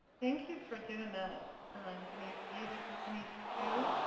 thank you for doing that denise e, this is denise q.